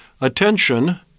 attention